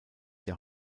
der